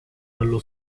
dello